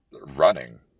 running